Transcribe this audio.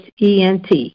ENT